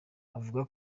avuga